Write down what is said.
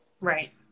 Right